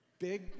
Big